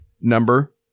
number